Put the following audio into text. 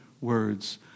words